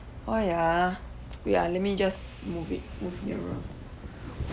why ah wait ah let me just move it move nearer